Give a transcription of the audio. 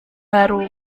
baru